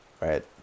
right